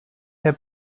herr